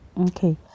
okay